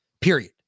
Period